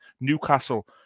Newcastle